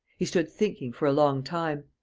he stood thinking for a long time.